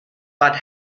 but